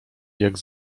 jak